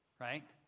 right